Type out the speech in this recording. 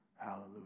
Hallelujah